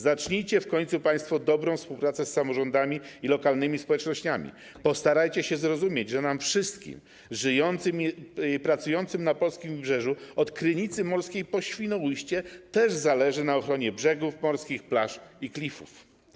Zacznijcie w końcu państwo dobrą współpracę z samorządami i lokalnymi społecznościami, postarajcie się zrozumieć, że nam wszystkim, żyjącym i pracującym na polskim wybrzeżu od Krynicy Morskiej po Świnoujście, też zależy na ochronie brzegów morskich, plaż i klifów.